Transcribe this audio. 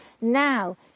Now